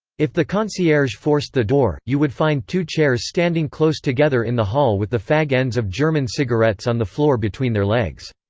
if the concierge forced the door, you would find two chairs standing close together in the hall with the fag-ends of german cigarettes on the floor between their legs.